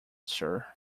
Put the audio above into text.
sir